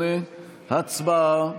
8. הצבעה.